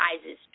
sizes